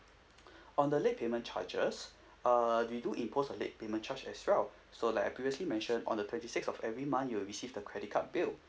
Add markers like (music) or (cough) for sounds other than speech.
(breath) on the late payment charges uh we do impose a late payment charge as well so like I previously mentioned on the twenty sixth of every month you will receive the credit card bill